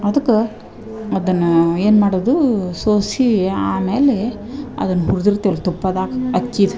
ಅದ್ಕ ಅದನ್ನಾ ಏನ್ಮಾಡೊದೂ ಸೋಸೀ ಆಮೇಲೆ ಅದನ್ನ ಹುರ್ದಿರ್ತಿವಲ್ಲ ತುಪ್ಪದಾಗ ಅಕ್ಕಿದ